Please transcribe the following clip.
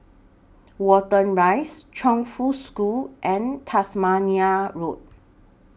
Watten Rise Chongfu School and Tasmania Road